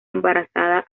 embarazada